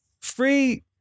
Free